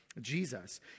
Jesus